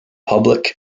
public